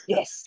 Yes